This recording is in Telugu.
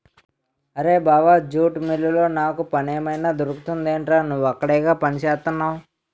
అరేయ్ బావా జూట్ మిల్లులో నాకు పనేమైనా దొరుకుతుందెట్రా? నువ్వక్కడేగా పనిచేత్తున్నవు